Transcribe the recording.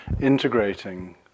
integrating